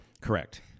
Correct